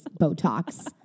Botox